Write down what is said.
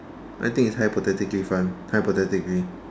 I think it is hypothetically fun hypothetically